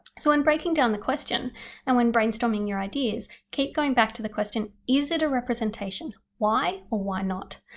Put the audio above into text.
so when breaking down the question and when brainstorming your ideas, keep going back to the question is it a representation? why or why not?